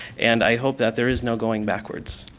and i hope that there is no going backwards,